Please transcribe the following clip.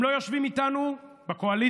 הם לא יושבים איתנו בקואליציה.